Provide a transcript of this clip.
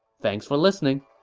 thanks for listening